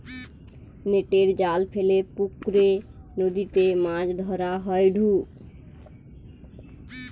নেটের জাল ফেলে পুকরে, নদীতে মাছ ধরা হয়ঢু